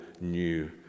new